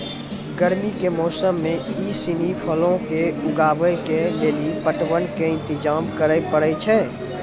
गरमी के मौसमो मे इ सिनी फलो के उगाबै के लेली पटवन के इंतजाम करै पड़ै छै